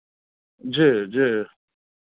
जी जी